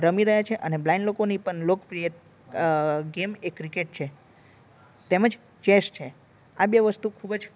રમી રહ્યા છે અને બ્લાઇન્ડ લોકોની પણ લોકપ્રિય ગેમ એ ક્રિકેટ છે તેમજ ચેસ છે આ બે વસ્તુ ખૂબ જ